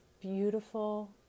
beautiful